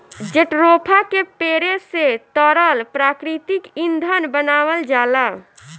jatropha के पेड़े से तरल प्राकृतिक ईंधन बनावल जाला